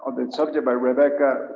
but the subject by rebecca,